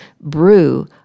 brew